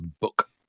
Book